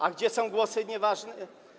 A gdzie są głosy nieważne?